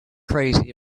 crazy